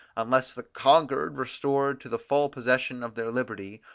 unless the conquered, restored to the full possession of their liberty,